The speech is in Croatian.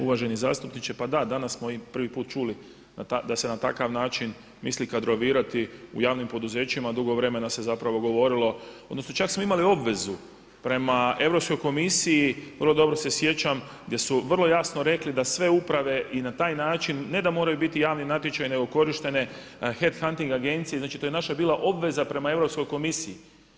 Uvaženi zastupniče, pa da, danas smo i prvi put čuli da se na takav način misli kadrovirati u javnim poduzećima, dugo vremena se zapravo govorilo, odnosno čak smo imali obvezu prema Europskoj komisiji, vrlo dobro se sjećam, gdje su vrlo jasno rekli da sve uprave i na taj način ne da moraju biti javni natječaj nego korištene headhunting agencije, znači to je naša bila obveza prema Europskoj komisiji.